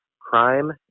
crime